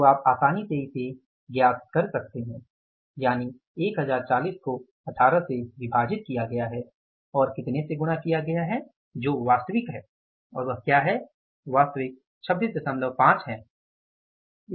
तो आप आसानी से इसे ज्ञात कर सकते हैं यानि 1040 को 18 से विभाजित किया गया है और कितने से गुणा किया गया है जो वास्तविक है और वह क्या है वास्तविक 265 है